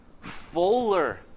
fuller